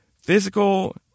physical